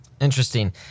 Interesting